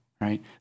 right